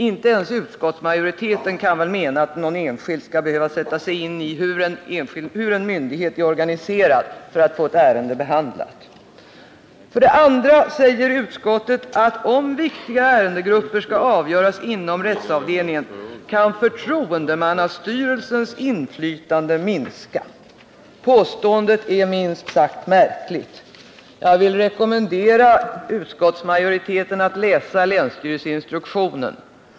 Inte ens utskottsmajoriteten kan väl mena att någon enskild skall behöva sätta sig in i hur en myndighet är organiserad för att få ett ärende behandlat. För det andra säger utskottet att om viktiga ärendegrupper skall avgöras inom rättsavdelningen kan förtroendemannastyrelsens inflytande minska. Påståendet är minst sagt märkligt. Jag vill rekommendera utskottsmajoriteten att läsa länsstyrelseinstruktionen.